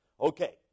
Okay